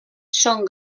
són